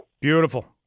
Beautiful